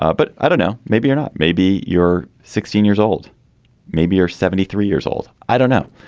ah but i don't know. maybe you're not. maybe you're sixteen years old maybe you're seventy three years old. i don't know.